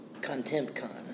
ContempCon